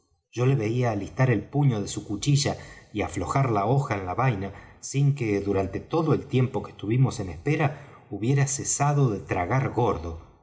yo le veía alistar el puño de su cuchilla y aflojar la hoja en la vaina sin que durante todo el tiempo que estuvimos en espera hubiera cesado de tragar gordo